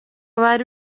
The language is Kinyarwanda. bari